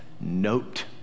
note